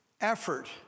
effort